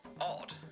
odd